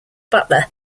butler